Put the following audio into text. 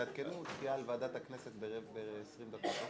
תעדכנו דחיה על ועדת הכנסת ב-20 דקות,